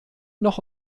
noch